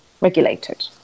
regulated